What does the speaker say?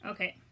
Okay